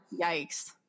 Yikes